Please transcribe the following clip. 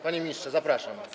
Panie ministrze, zapraszam.